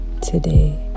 today